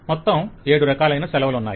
మొత్తం ఏడు రకాలైన లీవ్ ఉన్నాయి